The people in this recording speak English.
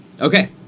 okay